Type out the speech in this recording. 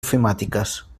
ofimàtiques